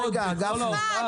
סליחה,